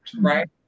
right